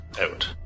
out